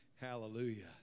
Hallelujah